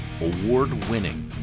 award-winning